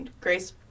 Grace